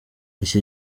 iki